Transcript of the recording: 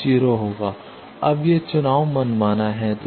¿⋅ 0 अब यह चुनाव मनमाना है